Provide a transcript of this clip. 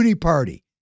Party